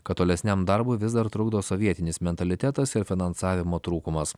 kad tolesniam darbui vis dar trukdo sovietinis mentalitetas ir finansavimo trūkumas